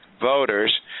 voters